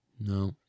No